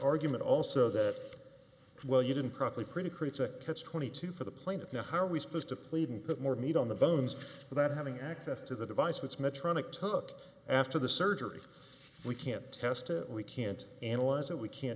argument also that well you didn't probably pretty creates a catch twenty two for the planet now how are we supposed to plead and put more meat on the bones without having access to the device which medtronic took after the surgery we can't test it we can't analyze it we can't